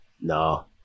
No